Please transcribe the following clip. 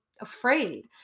afraid